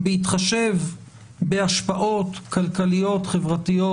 "בהתחשב בהשפעות חברתיות,